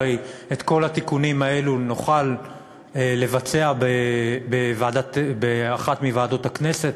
הרי את כל התיקונים האלה נוכל לבצע באחת מוועדות הכנסת,